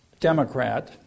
Democrat